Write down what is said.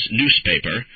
newspaper